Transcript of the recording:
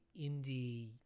indie